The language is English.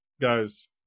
guys